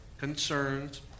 Concerns